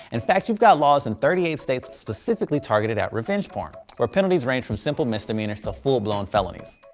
and fact you've got laws in thirty eight states, specifically targeted at revenge porn. where penalties range from simple misdemeanor to full blown felonies.